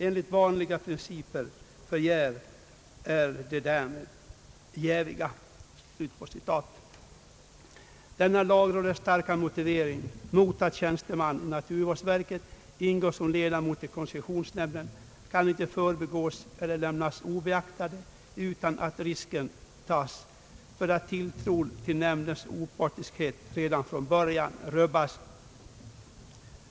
Enligt vanliga principer för jäv är de därmed jäviga.» Denna lagrådets starka motivering för att tjänsteman i naturvårdsverket inte skall ingå som ledamot i koncessionsnämnden kan inte förbigås eller lämnas obeaktad, utan att man riskerar att tilltron till nämndens opartiskhet redan från början rubbas.